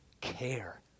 care